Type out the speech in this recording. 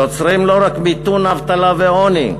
יוצרים לא רק מיתון, אבטלה ועוני,